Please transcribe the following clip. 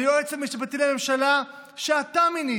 על היועץ המשפטי לממשלה, שאתה מינית,